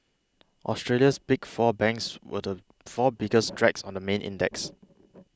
Australia's Big Four banks were the four biggest drags on the main index